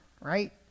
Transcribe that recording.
right